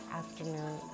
afternoon